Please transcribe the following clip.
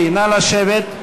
לשבת.